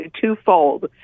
twofold